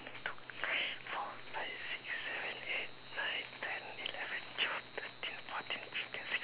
one two three four five six seven eight nine ten eleven twelve thirteen fourteen fifteen sixteen